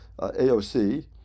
AOC